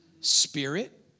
Spirit